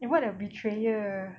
eh what a betrayer